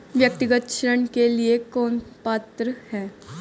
व्यक्तिगत ऋण के लिए कौन पात्र है?